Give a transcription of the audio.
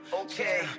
okay